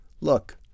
look